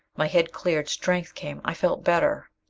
my head cleared. strength came. i felt better.